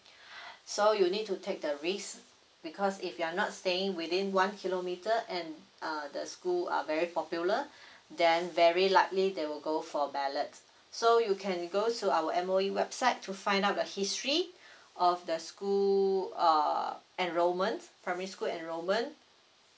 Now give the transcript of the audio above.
so you need to take the risk because if you are not staying within one kilometer and uh the school are very popular then very likely they will go for ballots so you can go to our M_O_E website to find out the history of the school uh enrollments primary school enrollment